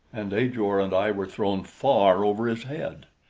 and ajor and i were thrown far over his head.